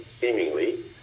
seemingly